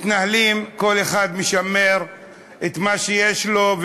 מתנהלים כל אחד משַמר את מה שיש לו,